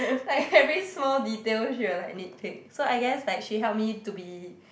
like every small detail she will like nitpick so I guess like she help me to be